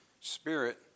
spirit